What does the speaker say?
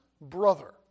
brother